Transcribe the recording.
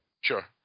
Sure